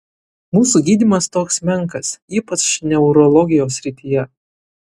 mūsų gydymas toks menkas ypač neurologijos srityje